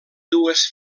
dues